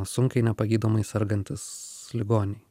sunkiai nepagydomai sergantys ligoniai